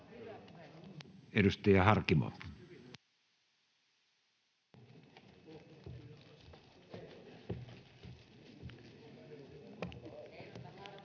Edustaja Harkimo.